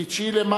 כי 9 במאי,